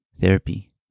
therapy